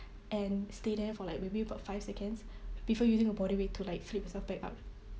and stay there for like maybe about five seconds before using your body weight to like flip yourself back up